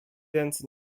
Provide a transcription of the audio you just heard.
ręce